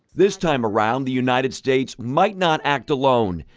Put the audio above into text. this time around the united states might not act alone.